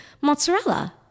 mozzarella